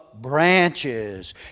branches